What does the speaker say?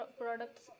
products